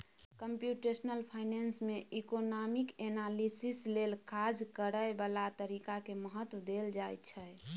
computational finance में economic analysis लेल काज करए बला तरीका के महत्व देल जाइ छइ